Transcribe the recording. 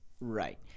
Right